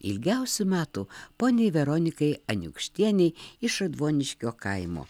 ilgiausių metų poniai veronikai aniukštienei iš radvoniškio kaimo